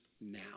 now